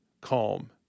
calm